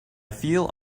feel